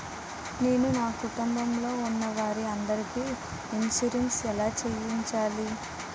నేను నా కుటుంబం లొ ఉన్న వారి అందరికి ఇన్సురెన్స్ ఎలా చేయించాలి?